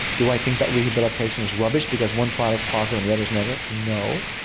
do i think that rehabilitation is rubbish because one trial is positive and the other is negative no.